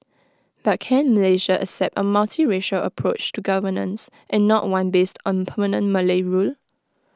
but can Malaysia accept A multiracial approach to governance and not one based on permanent Malay rule